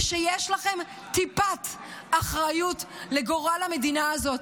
שיש לכם טיפת אחריות לגורל המדינה הזו,